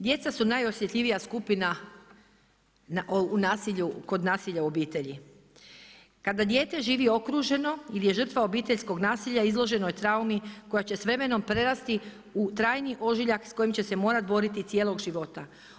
Djeca su najosjetljivija skupina u kod nasilja u obitelji. kada dijete živi okruženo ili je žrtva obiteljskog nasilja, izloženo je traumi koja će s vremenom prerasti u trajni ožiljak s kojim će se morati boriti cijelog života.